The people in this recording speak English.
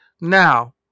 Now